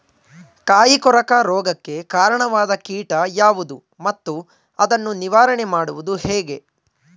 ಕಾಯಿ ಕೊರಕ ರೋಗಕ್ಕೆ ಕಾರಣವಾದ ಕೀಟ ಯಾವುದು ಮತ್ತು ಅದನ್ನು ನಿವಾರಣೆ ಮಾಡುವುದು ಹೇಗೆ?